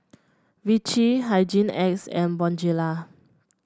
Vichy Hygin X and Bonjela